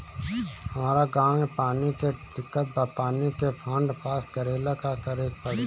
हमरा गॉव मे पानी के दिक्कत बा पानी के फोन्ड पास करेला का करे के पड़ी?